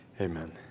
amen